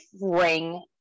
ring